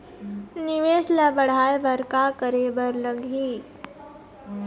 निवेश ला बढ़ाय बर का करे बर लगही?